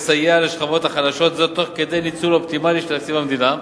לסייע לשכבות החלשות תוך ניצול אופטימלי של תקציב המדינה,